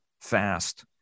fast